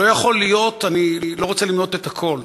לא יכול להיות, אני לא רוצה למנות את הכול.